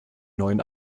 neuen